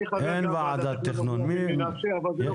אני גם חבר בוועדת התכנון מנשה אבל זה לא